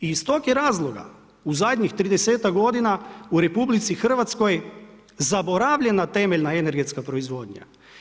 I iz tog je razloga u zadnjih 30-ak godina u RH zaboravljena temeljna energetska proizvodnja.